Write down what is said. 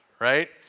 right